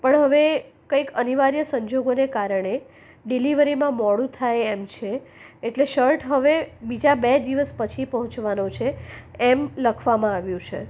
પણ હવે કંઈક અનિવાર્ય સંજોગોને કારણે ડિલિવરીમાં મોડું થાય એમ છે એટલે શર્ટ હવે બીજા બે દિવસ પછી પહોંચવાનો છે એમ લખવામાં આવ્યું છે